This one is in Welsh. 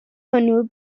hwnnw